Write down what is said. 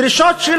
דרישות של